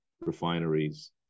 refineries